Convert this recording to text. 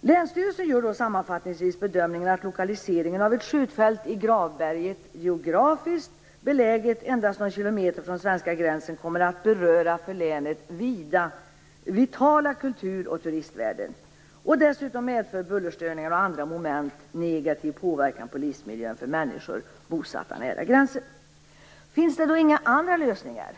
Länsstyrelsen gör sammanfattningsvis bedömningen att lokaliseringen av ett skjutfält på Gravberget, geografiskt beläget endast någon kilometer från den svenska gränsen, kommer att beröra vitala kulturoch turistvärden för länet. Dessutom medför den bullerstörningar och annan negativ påverkan på livsmiljön för människor bosatta nära gränsen. Finns det då inga andra lösningar?